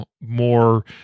more